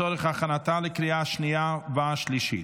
שישה בעד, שניים נגד,